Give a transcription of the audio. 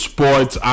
Sports